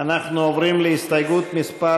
עוברים להסתייגות מס'